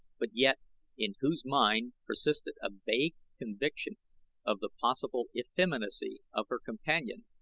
but yet in whose mind persisted a vague conviction of the possible effeminacy of her companion,